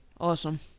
Awesome